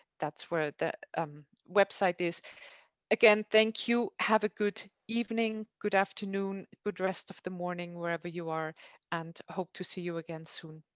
that's where the um website is is again. thank you. have a good evening. good afternoon. good rest of the morning, wherever you are and hope to see you again soon.